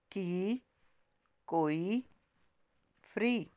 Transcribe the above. ਕੀ ਕੋਈ ਫਰੀ